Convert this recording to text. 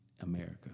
America